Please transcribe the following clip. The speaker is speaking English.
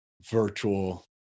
virtual